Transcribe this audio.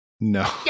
No